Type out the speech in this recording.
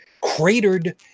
cratered